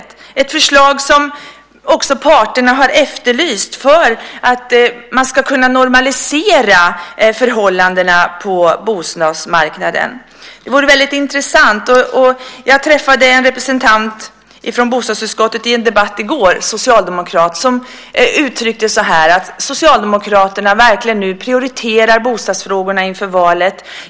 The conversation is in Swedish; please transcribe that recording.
Det är ju ett förslag som också parterna har efterlyst för att man ska kunna normalisera förhållandena på bostadsmarknaden. Det vore intressant att få veta det. Jag träffade en representant från bostadsutskottet i en debatt i går, en socialdemokrat, som uttryckte att Socialdemokraterna nu verkligen prioriterar bostadsfrågorna inför valet.